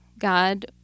God